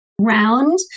round